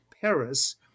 Paris